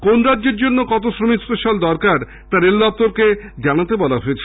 কোন্ রাজ্যের কতো শ্রমিক স্পেশাল দরকার তা রেলদপ্তরকে জানাতে বলা হয়েছে